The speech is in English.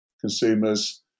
consumers